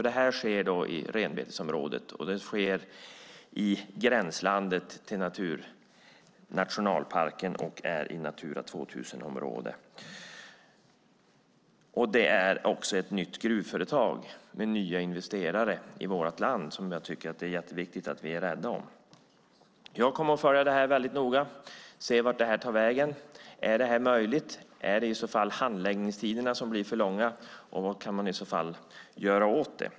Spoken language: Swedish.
Detta sker i renbetesområdet, i gränslandet till nationalparken och i ett Natura 2000-område. Detta är också ett nytt gruvföretag med nya investerare i vårt land som jag tycker att det är viktigt att vi är rädda om. Jag kommer att följa detta noga för att se vart det tar vägen. Är detta möjligt? Är det i så fall handläggningstiderna som blir för långa, och vad kan man i så fall göra åt det?